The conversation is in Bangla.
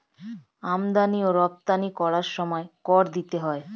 আমদানি ও রপ্তানি করার সময় কর দিতে হয়